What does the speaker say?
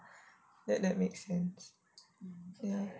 that that make sense